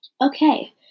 Okay